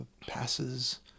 passes